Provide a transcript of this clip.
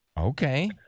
Okay